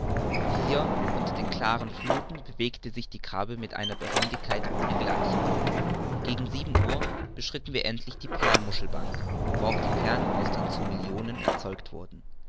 hier unter den klaren fluthen bewegte sich die krabbe mit einer behendigkeit ohne gleichen gegen sieben uhr beschritten wir endlich die perlmuschelbank worauf perlenaustern zu millionen erzeugt werden